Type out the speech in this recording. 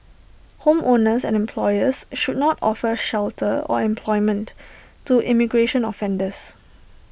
homeowners and employers should not offer shelter or employment to immigration offenders